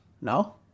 Now